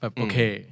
okay